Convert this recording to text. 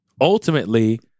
ultimately